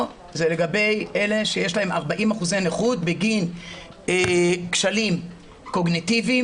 זה לגבי אלה שיש להם 40% נכות בגין כשלים קוגניטיביים,